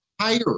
higher